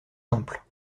simples